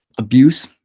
Abuse